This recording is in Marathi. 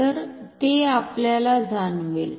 तर ते आपल्याला जाणवेल